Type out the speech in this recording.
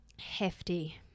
Hefty